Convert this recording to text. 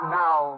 now